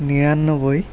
নিৰান্নব্বৈ